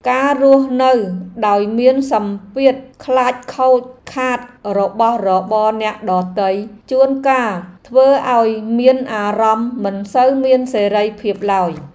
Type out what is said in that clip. ការរស់នៅដោយមានសម្ពាធខ្លាចខូចខាតរបស់របរអ្នកដទៃជួនកាលធ្វើឱ្យមានអារម្មណ៍មិនសូវមានសេរីភាពឡើយ។